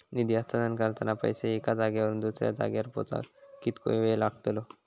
निधी हस्तांतरण करताना पैसे एक्या जाग्यावरून दुसऱ्या जाग्यार पोचाक कितको वेळ लागतलो?